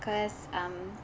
cause um